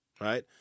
Right